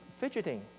fidgeting